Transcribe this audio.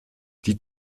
die